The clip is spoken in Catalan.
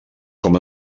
com